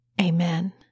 Amen